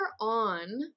on